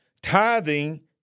Tithing